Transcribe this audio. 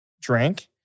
drink